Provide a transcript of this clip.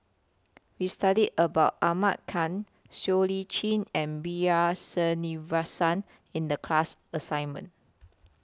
We studied about Ahmad Khan Siow Lee Chin and B R Sreenivasan in The class assignment